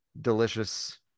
delicious